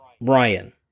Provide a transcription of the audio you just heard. Ryan